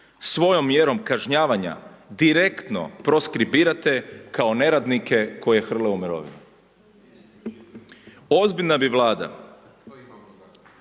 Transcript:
svojom mjerom kažnjavanja direktno proskribirate kao neradnike koji hrle u mirovinu. Ozbiljna bi Vlada